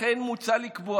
לכן מוצע לקבוע